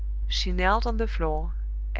she knelt on the floor,